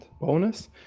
bonus